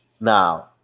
Now